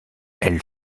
elle